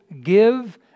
give